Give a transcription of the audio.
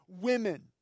women